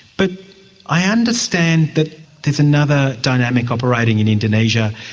but i understand that there is another dynamic operating in indonesia.